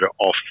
off –